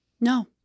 No